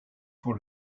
pour